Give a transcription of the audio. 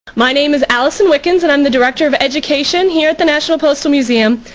my name is alison wickens and i'm the director of education here at the national postal museum.